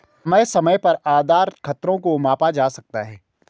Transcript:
समय समय पर आधार खतरों को मापा जा सकता है